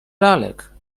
lalek